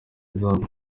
izamu